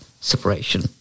separation